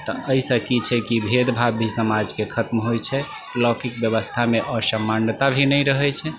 तऽ एहिसँ कि छै कि भेदभाव भी समाजके खत्म होइ छै लौकिक बेबस्थामे असमानता भी नहि रहै छै